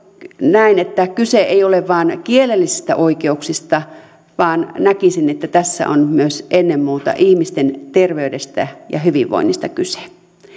näen että tässä ei ole kyse vain kielellisistä oikeuksista vaan näkisin että tässä on myös ja ennen muuta ihmisten terveydestä ja hyvinvoinnista kyse